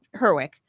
Herwick